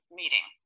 meeting